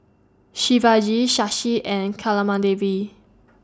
Shivaji Shashi and